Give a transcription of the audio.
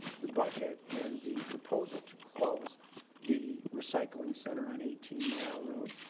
the budget and the proposal to close the recycling center on eighteen mile road.